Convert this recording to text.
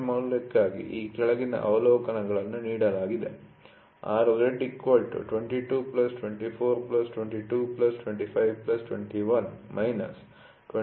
height ಮೌಲ್ಯಕ್ಕಾಗಿ ಈ ಕೆಳಗಿನ ಅವಲೋಕನಗಳನ್ನು ತೆಗೆದುಕೊಳ್ಳಲಾಗಿದೆ